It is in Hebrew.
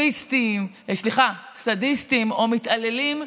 מזוכיסטים, סליחה, סדיסטים, או מתעללים,